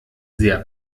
sehr